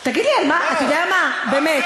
אתה יודע מה, די.